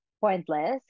pointless